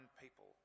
people